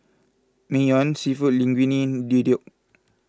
Naengmyeon Seafood Linguine Deodeok